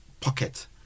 Pocket